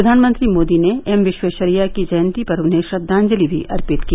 प्रधानमंत्री मोदी ने एम विश्वेश्वरैया की जयंती पर उन्हें श्रद्वांजलि भी अर्पित की